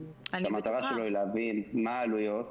כשהמטרה שלו היא להבין מה היקף העלויות